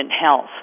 health